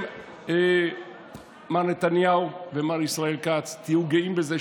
הגיע זמן תפילת